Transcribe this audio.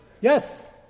Yes